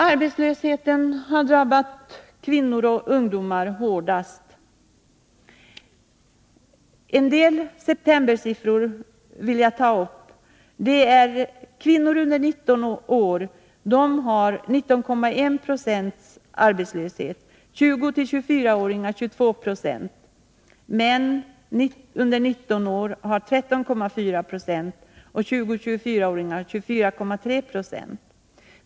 Arbetslösheten har drabbat kvinnor och ungdomar hårdast. Jag vill ta upp en del septembersiffror. Arbetslösheten för kvinnor under 19 år är 19,1 96, för 20-24-åringar 22 26, för män under 19 år 13,4 96 och för 20-24-åringar 24,3 20.